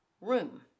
room